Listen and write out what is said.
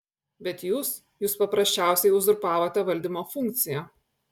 bet jūs jūs paprasčiausiai uzurpavote valdymo funkciją